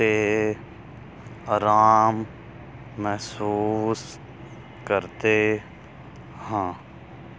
'ਤੇ ਆਰਾਮ ਮਹਿਸੂਸ ਕਰਦੇ ਹਾਂ